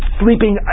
sleeping